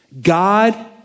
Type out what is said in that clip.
God